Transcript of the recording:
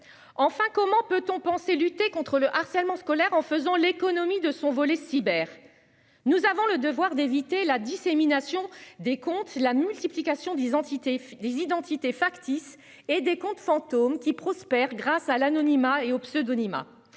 Enfin, comment peut-on penser lutter contre le harcèlement scolaire en faisant l'économie de son volet cyber. Nous avons le devoir d'éviter la dissémination des comptes la multiplication d'identité les identités factices et des comptes fantômes qui prospèrent grâce à l'anonymat et au pseudonyme